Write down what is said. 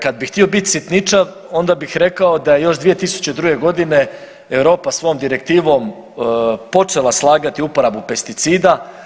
Kad bih htio bit sitničav, onda bih rekao da je još 2002. godine Europa svojom direktivom počela slagati uporabu pesticida.